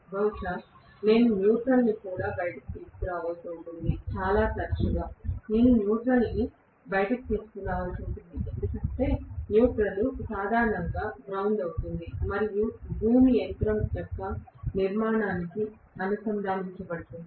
బహుశా నేను న్యూట్రల్ ని కూడా బయటకు తీసుకురావలసి ఉంటుంది చాలా తరచుగా నేను న్యూట్రల్ ని బయటకు తీసుకురావలసి ఉంటుంది ఎందుకంటే న్యూట్రల్ సాధారణంగా గ్రౌన్దేడ్ అవుతుంది మరియు భూమి యంత్రం యొక్క నిర్మాణానికి అనుసంధానించబడుతుంది